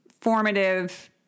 formative